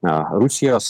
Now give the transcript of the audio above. na rusijos